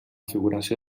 figuració